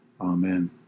Amen